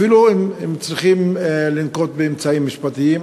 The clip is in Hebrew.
אפילו אם צריכים לנקוט אמצעים משפטיים,